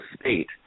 state